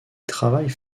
travaillent